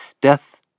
Death